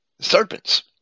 serpents